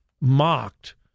mocked